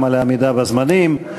גם על העמידה בזמנים.